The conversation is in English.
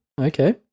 okay